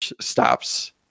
stops